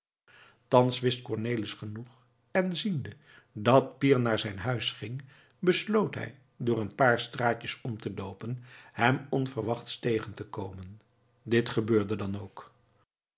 thans wist cornelis genoeg en ziende dat pier naar zijn huis ging besloot hij door een paar straatjes om te loopen hem onverwachts tegen te komen dit gebeurde dan ook